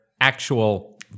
actual